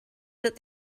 that